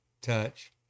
touch